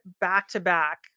back-to-back